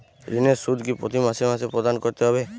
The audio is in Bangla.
ঋণের সুদ কি প্রতি মাসে মাসে প্রদান করতে হবে?